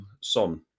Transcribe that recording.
Son